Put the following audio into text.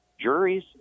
juries